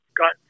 got